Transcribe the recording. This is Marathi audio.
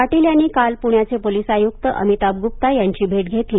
पाटील यांनी काल पुण्याचे पोलीस आयुक्त अमिताभ गुप्ता यांची भेट घेतली